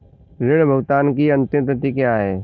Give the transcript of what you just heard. ऋण भुगतान की अंतिम तिथि क्या है?